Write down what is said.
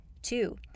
Two